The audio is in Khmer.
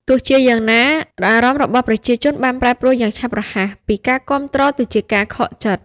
ទោះជាយ៉ាងណា អារម្មណ៍របស់ប្រជាជនបានប្រែប្រួលយ៉ាងឆាប់រហ័សពីការគាំទ្រទៅជាការខកចិត្ត។